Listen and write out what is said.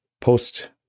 post